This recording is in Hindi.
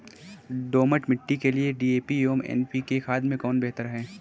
दोमट मिट्टी के लिए डी.ए.पी एवं एन.पी.के खाद में कौन बेहतर है?